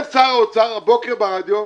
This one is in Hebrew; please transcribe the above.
אומר שר האוצר הבוקר ברדיו,